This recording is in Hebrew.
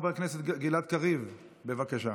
חבר הכנסת גלעד קריב, בבקשה.